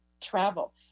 travel